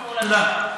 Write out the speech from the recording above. תודה.